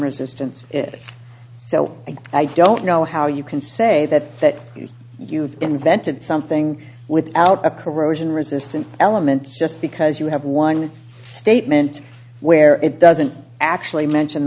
resistance is so i don't know how you can say that you've invented something without a corrosion resistant element just because you have one statement where it doesn't actually mention